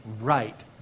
right